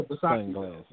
sunglasses